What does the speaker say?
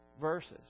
verses